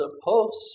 supposed